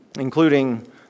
including